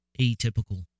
atypical